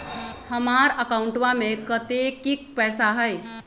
हमार अकाउंटवा में कतेइक पैसा हई?